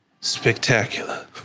Spectacular